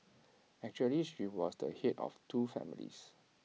actually she was the Head of two families